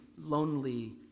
lonely